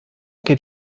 geht